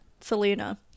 selena